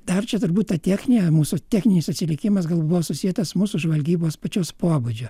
dar čia turbūt ta technika mūsų techninis atsilikimas gal buvo susietas mūsų žvalgybos pačios pobūdžio